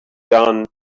done